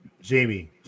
Jamie